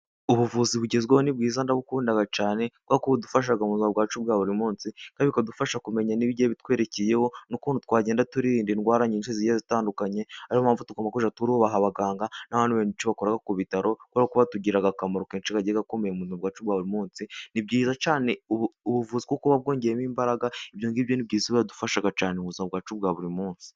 Ubuvuzi bugezweho ni bwiza ndabukunda cyane, kubera ko budufasha mu buzima bwacu bwa buri munsi, kandi bukadufasha kumenya ibigiye bitwerekeyeho, n'ukuntu twagenda twirinda indwara nyinshi zitandukanye, ari yo mpamvu tugomba kujya twubaha abaganga, n'abantu benshi bakora ku bitaro kuko batugirira akamaro kenshi kagiye gakomeye mu buzima bwacu bwa buri munsi. Ni byiza cyane ubuvuzi kuba bwongereyemo imbaraga, ibyo ngibyo ni byiza byadufasha cyane mu buzima bwacu bwa buri munsi.